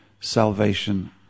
Salvation